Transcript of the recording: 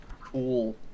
cool